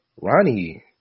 Ronnie